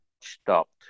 stopped